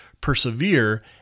persevere